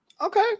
Okay